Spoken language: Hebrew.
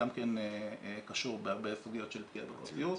גם כן קשור בהרבה סוגיות של פגיעה בפרטיות,